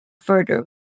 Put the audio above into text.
further